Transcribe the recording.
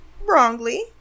wrongly